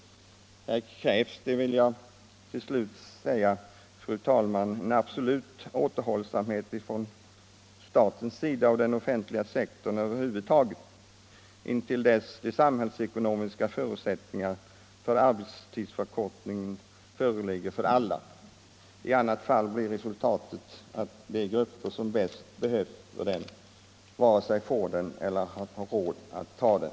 Här krävs — det vill jag till slut säga, fru talman — en absolut återhållsamhet från statens och över huvud taget den offentliga sektorns sida intill dess de samhällsekonomiska förutsättningarna för arbetstidsförkortningen föreligger för alla. I annat fall blir resultatet att de grupper som bäst behöver den varken får den eller har råd att ta den.